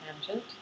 tangent